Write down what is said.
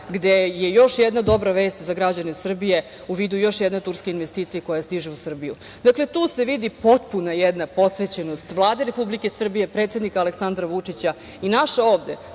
gde je još jedna dobra vest za građane Srbije, u vidu još jedne turske investicije, koja stiže u Srbiju. Dakle, tu se vidi potpuno jedna posvećenost Vlade Republike Srbije, predsednika Aleksandra Vučića i naša ovde,